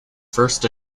first